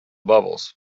bubbles